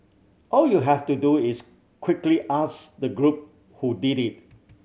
all you have to do is quickly ask the group who did it